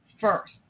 first